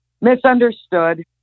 misunderstood